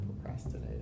procrastinating